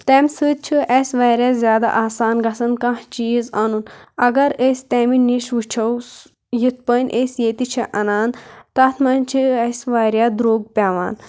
تَمہِ سۭتۍ چھِ اَسہِ وارِیاہ زیادٕ آسان گَژھ کانٛہہ چیٖز اَنُن اگر أسۍ تَمہِ نِش وُچھو یِتھ پٔنۍ أسۍ ییٚتہِ چھِ اَنان تَتھ منٛز چھِ اَسہِ وارِیاہ درٛۄگ پیٚوان